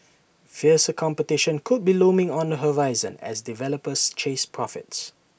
fiercer competition could be looming on the horizon as developers chase profits